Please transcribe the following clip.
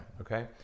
Okay